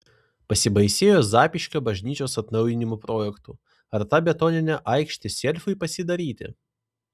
pasibaisėjo zapyškio bažnyčios atnaujinimo projektu ar ta betoninė aikštė selfiui pasidaryti